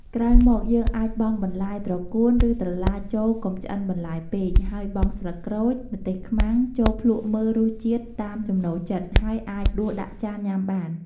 ក្រោយមកយើងអាចបង់បន្លែត្រកួនឬត្រឡាចចូលកុំឆ្អិនបន្លែពេកហើយបង់ស្លឹកក្រូច ម្ទេសខ្មាំងចូលភ្លក្សមើលរសជាតិតាមចំណូលចិត្តហើយអាចដួសដាក់ចានញ៉ាំបាន។